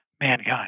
mankind